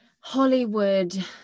Hollywood